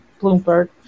Bloomberg